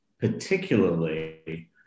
particularly